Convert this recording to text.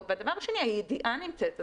אבל השאלה בסוף בסוף המציאות ובמציאות